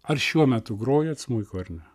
ar šiuo metu grojat smuiku ar ne